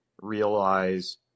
realize